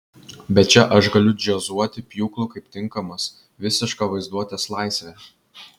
bet čia aš galiu džiazuoti pjūklu kaip tinkamas visiška vaizduotės laisvė